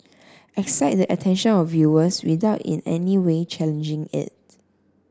excite the attention of viewers without in any way challenging it